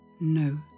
No